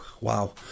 wow